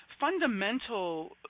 fundamental